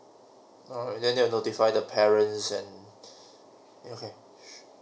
uh then they will notify the parents and okay